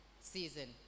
season